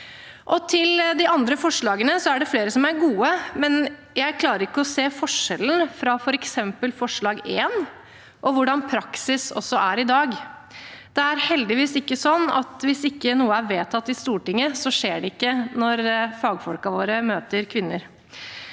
Til de andre forslagene: Det er flere som er gode, men jeg klarer ikke å se forskjellen på f.eks. forslag nr. 1 og hvordan praksis er i dag. Det er heldigvis ikke sånn at hvis noe ikke er vedtatt i Stortinget, så skjer det ikke når fagfolkene våre møter kvinner.